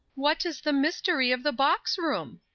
what is the mystery of the box-room?